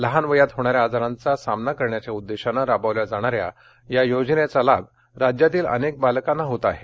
लहान वयात होणाऱ्या आजारांचा मुकाबला करण्याच्या उद्देशानं राबवल्या जाणाऱ्या या योजनेचा लाभ राज्यातील अनेक बालकांना होत आहे